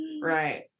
Right